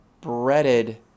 breaded